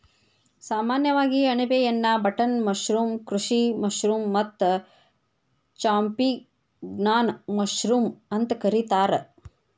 ಸಾಮಾನ್ಯವಾಗಿ ಅಣಬೆಯನ್ನಾ button mushroom, ಕೃಷಿ ಮಶ್ರೂಮ್ ಮತ್ತ ಚಾಂಪಿಗ್ನಾನ್ ಮಶ್ರೂಮ್ ಅಂತ ಕರಿತಾರ